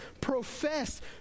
profess